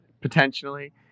potentially